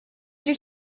did